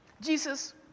Jesus